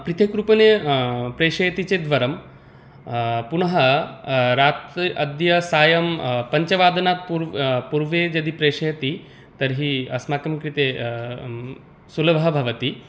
पृथक् रूपेण प्रेषयति चेत् वरं पुनः रात्रि अद्य सायं पञ्चवादनात् पूर्व् पूर्वं यदि प्रेषयति तर्हि अस्माकं कृते सुलभः भवति